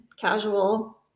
casual